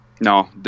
no